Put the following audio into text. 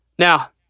Now